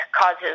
causes